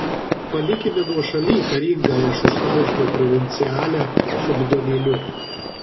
palikime nuošaly karingąją šustausko provincialę su bidonėliu